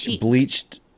bleached